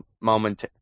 moment